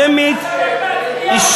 על מה אתה הולך להצביע עכשיו?